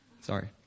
Sorry